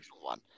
One